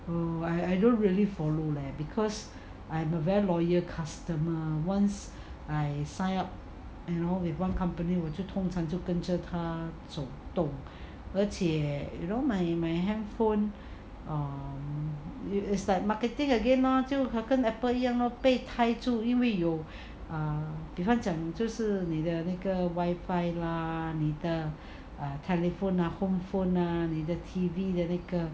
um I don't really follow leh cause I'm a very loyal customer once I sign up you know with one company 我通常就跟着他走动而且 you know my my handphone err is like marketing again lor 就跟 apple 一样 lor 被 tie 住因为有 err 比方将就是有你的那个 wi-fi lah 你的 telephone ah home phone ah 你的 T_V 的那个